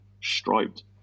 striped